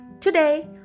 Today